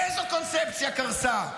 איזו קונספציה קרסה?